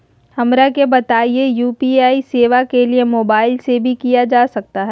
हमरा के बताइए यू.पी.आई सेवा के लिए मोबाइल से भी किया जा सकता है?